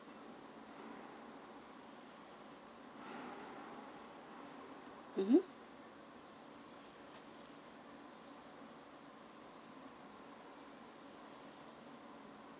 mmhmm